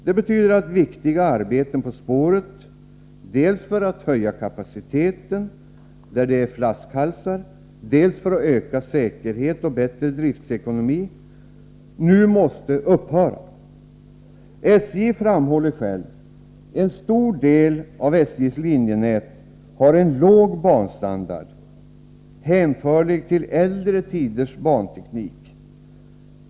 Det betyder att viktiga arbeten på spåret — dels för att höja kapaciteten där det finns flaskhalsar, dels för att öka säkerheten och förbättra driftsekonomin — nu måste upphöra. SJ framhåller självt att en stor del av SJ:s linjenät har en låg banstandard, hänförlig till äldre tiders banteknik.